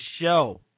show